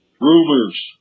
rumors